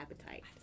appetite